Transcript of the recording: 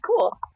Cool